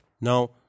Now